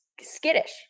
skittish